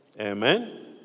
Amen